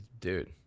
dude